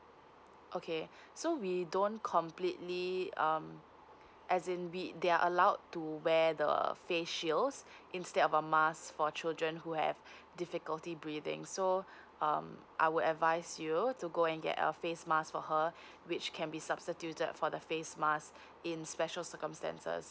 okay so we don't completely um as in which they are allowed to wear the err facials instead of a mask for children who have difficulty breathing so um I will advise you to go and get a face mask for her which can be substituted for the face mask in special circumstances